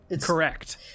Correct